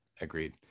Agreed